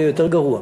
יהיה יותר גרוע.